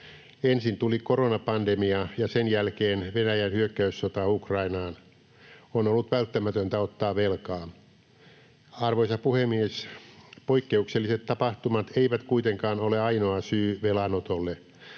Ensin tuli koronapandemia ja sen jälkeen Venäjän hyökkäyssota Ukrainaan. On ollut välttämätöntä ottaa velkaa. Arvoisa puhemies! Poikkeukselliset tapahtumat eivät kuitenkaan ole ainoa syy velanotolle.